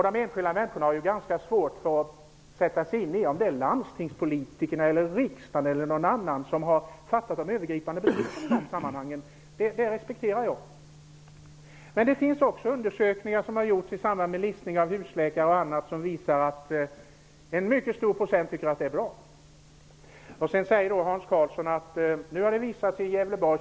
De enskilda människorna har ju ganska svårt att sätta sig in i om det är landstingspolitikerna, riksdagen eller någon annan som har fattat de övergripande besluten i de sammanhangen, och det respekterar jag. Men det finns också undersökningar gjorda i samband med listningar hos husläkare som visar att en mycket stor procent tycker att det är bra. Hans Karlsson hänvisade till Gävleborg.